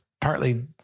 partly